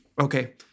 Okay